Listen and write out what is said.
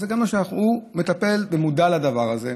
הוא מטפל ומודע לדבר הזה,